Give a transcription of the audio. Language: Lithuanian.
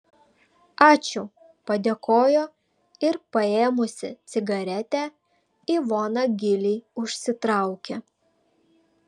ačiū padėkojo ir paėmusi cigaretę ivona giliai užsitraukė